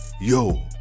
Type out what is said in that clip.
yo